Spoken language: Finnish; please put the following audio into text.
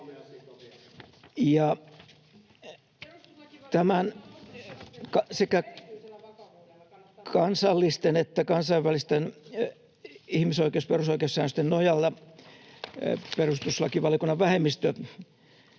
Sekä kansallisten että kansainvälisten ihmisoikeus- ja perusoikeussäännösten nojalla perustuslakivaliokunnan vähemmistö